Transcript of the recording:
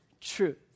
truth